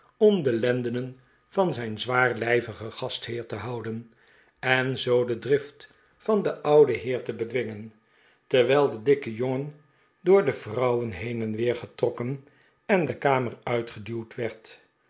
om de lendenen van zijn zwaarlijvigen gastheer te houden en zoo de drift van den ouden heer te bedwingen terwijl de dikke jongen door de vrouwen heen en weer getrokken en de kamer uitgeduwd werd